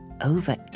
Over